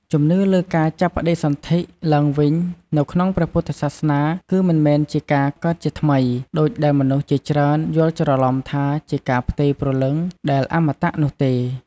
ជំនឿលើការចាប់បដិសន្ធិឡើងវិញនៅក្នុងព្រះពុទ្ធសាសនា គឺមិនមែនជា "ការកើតជាថ្មី" ដូចដែលមនុស្សជាច្រើនយល់ច្រឡំថាជាការផ្ទេរ "ព្រលឹង" ដែលអមតៈនោះទេ។